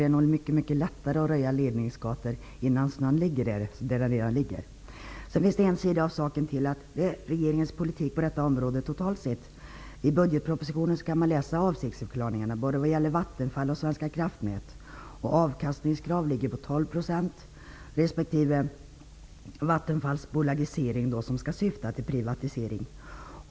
Det är nog mycket lättare att röja ledningsgator innan snön ligger där. En annan sida av saken är regeringens politik på detta område totalt sett. I budgetpropositionen kan man läsa avsiktsförklaringarna när det gäller både Avkastningskravet ligger på 12 %. Man kan också läsa om Vattenfalls bolagisering som skall syfta till privatisering.